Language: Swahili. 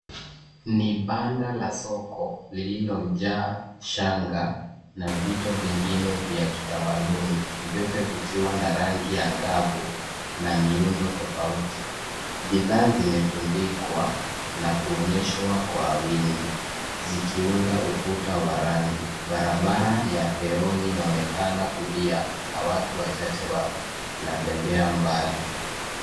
Ni banda la soko lililo jaa shanga na vitu vingine vya kitamaduni vyote vikiwa na rangi angavu na miundo tofauti. Bidhaa zimetundikwa na kuonyeshwa kwa wingi ziki unda ukuta wa rangi. Barabara yapeoni inaonekana kulia na watu wachache wanatembea mbali.